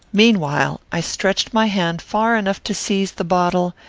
meanwhile, i stretched my hand far enough to seize the bottle,